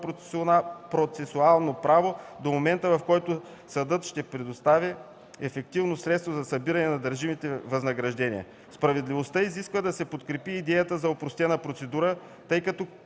процесуално право до момента, в който съдът ще предостави ефективно средства за събиране на дължимите възнаграждения”. Справедливостта изисква да се подкрепи идеята за опростена процедура, тъй като